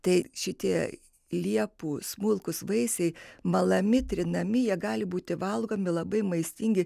tai šitie liepų smulkūs vaisiai malami trinami jie gali būti valgomi labai maistingi